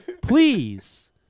Please